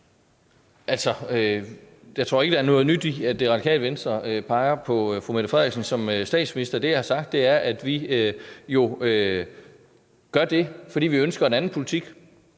Altså, jeg tror ikke, der er noget nyt i, at Det Radikale Venstre peger på fru Mette Frederiksen som statsminister. Det, jeg har sagt, er, at vi jo gør det, fordi vi ønsker en anden politik